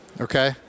Okay